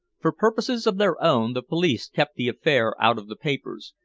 for purposes of their own the police kept the affair out of the papers,